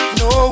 no